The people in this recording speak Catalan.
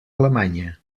alemanya